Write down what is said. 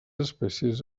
espècies